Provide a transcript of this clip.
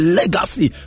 legacy